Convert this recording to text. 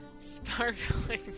Sparkling